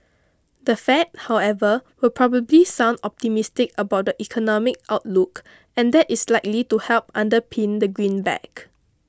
the Fed however will probably sound optimistic about the economic outlook and that is likely to help underpin the greenback